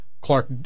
Clark